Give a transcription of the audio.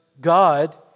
God